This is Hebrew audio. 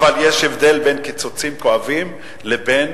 אבל יש הבדל בין קיצוצים כואבים לבין